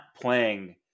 playing